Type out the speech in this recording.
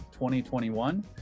2021